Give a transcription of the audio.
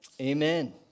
Amen